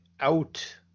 out